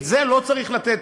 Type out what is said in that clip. את זה לא צריך לתת,